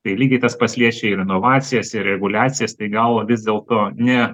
tai lygiai tas pats liečia ir inovacijas ir reguliacijas tai gal vis dėlto ne